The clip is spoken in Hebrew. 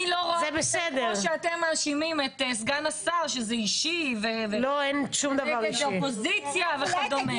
אתם מאשימים את סגן השר שזה אישי ונגד האופוזיציה וכדומה.